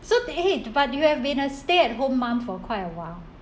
so !hey! but you have been a stay-at-home mum for quite a while